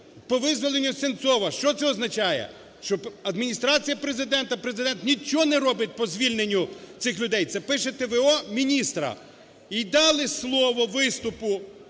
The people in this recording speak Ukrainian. по визволенню Сенцова. Що це означає? Що Адміністрація Президента, Президент нічого не робить по звільненню цих людей, це пише т.в.о. міністра. І дали слово виступу